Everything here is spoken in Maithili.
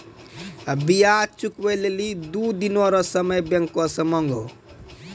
ब्याज चुकबै लेली दो दिन रो समय बैंक से मांगहो